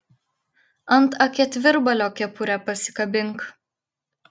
ant akėtvirbalio kepurę pasikabink